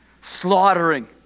slaughtering